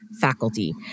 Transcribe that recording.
faculty